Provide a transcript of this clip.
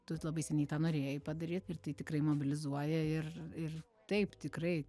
tu labai seniai tą norėjai padaryt ir tai tikrai mobilizuoja ir ir taip tikrai